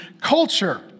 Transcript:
culture